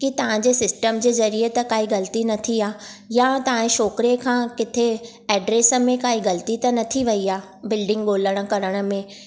की तव्हांजे सिस्टम जे ज़रिए त काई ग़लती न थी आहे या तव्हांजे छोकिरे खां किथे एड्रेस में काई ग़लती त न थी वई आहे बिल्डिंग ॻोल्हण करण में